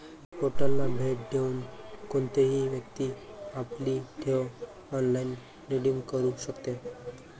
पोर्टलला भेट देऊन कोणतीही व्यक्ती आपली ठेव ऑनलाइन रिडीम करू शकते